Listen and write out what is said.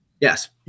yes